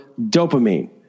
dopamine